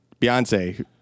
Beyonce